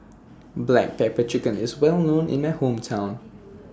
Black Pepper Chicken IS Well known in My Hometown